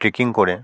trekking করে